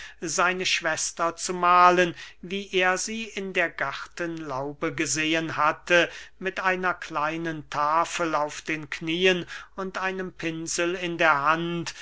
seine schwester zu mahlen wie er sie in der gartenlaube gesehen hatte mit einer kleinen tafel auf den knieen und einem pinsel in der hand